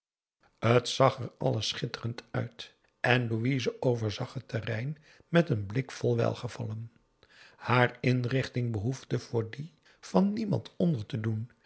t zag er alles schitterend uit en louise overzag het terrein met een blik vol welgevallen haar inrichting behoefde voor die van niemand onder te doen